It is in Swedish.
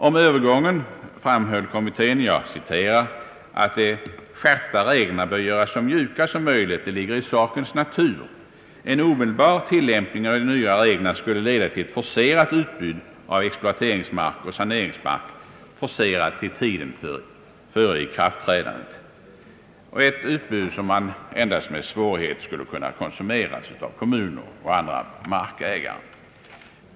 Om övergången framhöll kommittén: »De skärpta reglerna bör göras så mjuka som möjligt.» Det ligger i sakens natur. En omedelbar tillämpning av de nya reglerna skulle leda till ett forcerat utbud av exploateringsmark och saneringsmark, forcerat till tiden före ikraftträdandet, ett utbud som endast med svårighet skulle kunna konsumeras av kommuner och andra markägare.